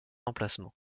emplacement